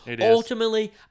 Ultimately